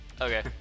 okay